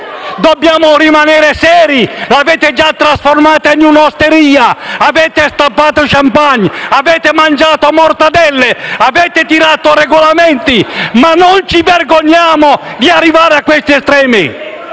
Dobbiamo rimanere seri! L'avete già trasformata in una osteria, avete stappato *champagne*, avete mangiato mortadelle, avete tirato Regolamenti: ma non ci vergogniamo di arrivare a questi estremi?